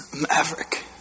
Maverick